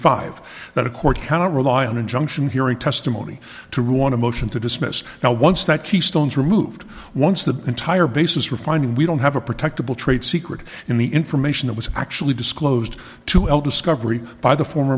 five that a court cannot rely on injunction hearing testimony to want to motion to dismiss now once that keystones removed once the entire basis for finding we don't have a protective trade secret in the information that was actually disclosed to help discovery by the former